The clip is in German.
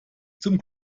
zum